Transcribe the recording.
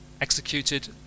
executed